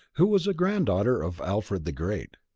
who was a granddaughter of alfred the great.